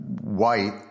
white